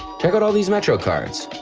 check out all these metro cards!